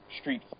Street